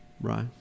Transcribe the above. right